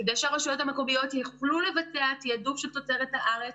כדי שהרשויות המקומיות יוכלו לבצע תעדוף של תוצרת הארץ,